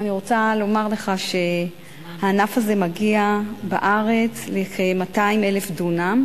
רוצה לומר לך שהענף הזה מגיע בארץ לכ-200,000 דונם,